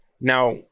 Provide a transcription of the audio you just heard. Now